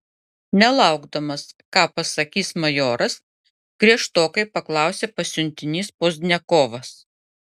nelaukdamas ką pasakys majoras griežtokai paklausė pasiuntinys pozdniakovas